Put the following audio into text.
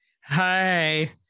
hi